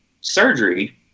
surgery